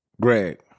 Greg